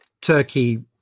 Turkey